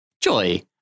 Joy